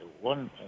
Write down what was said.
One